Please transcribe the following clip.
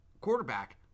quarterback